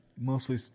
mostly